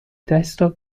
testo